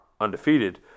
undefeated